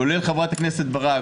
כולל חברת הכנסת ברק,